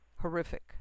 horrific